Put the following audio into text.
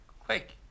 quick